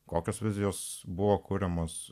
kokios vizijos buvo kuriamos